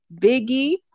Biggie